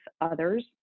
others